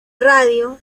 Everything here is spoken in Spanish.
radio